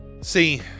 See